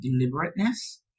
deliberateness